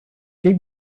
dig